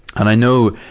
and i know,